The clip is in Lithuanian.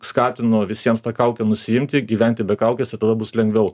skatinu visiems tą kaukę nusiimti gyventi be kaukės ir tada bus lengviau